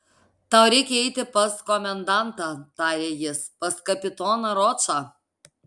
tau reikia eiti pas komendantą tarė jis pas kapitoną ročą